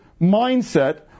mindset